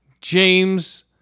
James